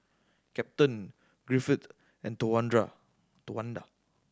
Captain Griffith and Towanda